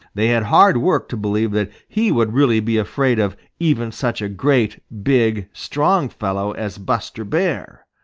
they had hard work to believe that he would really be afraid of even such a great, big, strong fellow as buster bear.